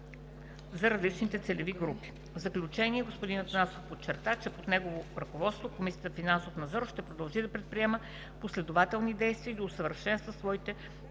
за различните целеви групи. В заключение господин Атанасов подчерта, че под негово ръководство Комисията за финансов надзор ще продължи да предприема последователни действия и да усъвършенства своите